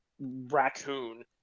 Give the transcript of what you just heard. raccoon